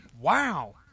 Wow